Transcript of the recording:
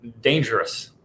dangerous